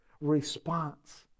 response